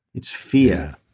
it's fear.